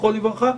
זכרם לברכה.